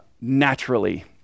naturally